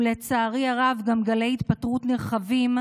ולצערי הרב, גם גלי התפטרות נרחבים,